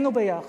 היינו ביחד,